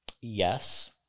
Yes